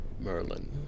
Merlin